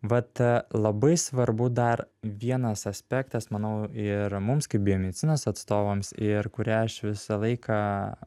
vat labai svarbu dar vienas aspektas manau ir mums kaip biomedicinos atstovams ir kurią aš visą laiką